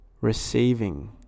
receiving